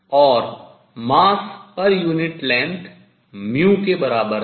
और mass per unit length द्रव्यमान प्रति यूनिट लंबाई के बराबर है